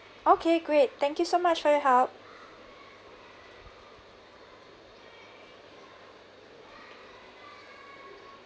okay great thank you so much for your help